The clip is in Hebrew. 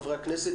חברי הכנסת,